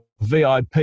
VIP